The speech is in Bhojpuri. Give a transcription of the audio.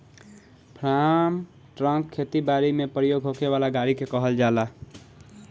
फार्म ट्रक खेती बारी में प्रयोग होखे वाला गाड़ी के कहल जाला